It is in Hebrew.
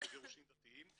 בגירושים דתיים,